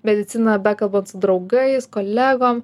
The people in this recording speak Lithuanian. medicina bekalbant su draugais kolegom